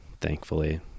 thankfully